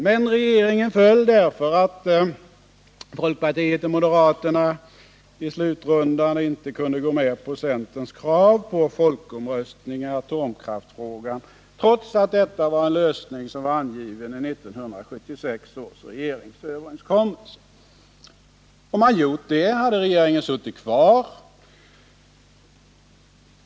Men regeringen föll därför att folkpartiet och moderaterna i slutrundan inte kunde gå med på centerns krav på folkomröstning i atomkraftsfrågan, trots att detta var en lösning som var angiven i 1976 års regeringsöverenskommelse. Om man gjort det hade regeringen suttit kvar.